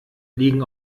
liegen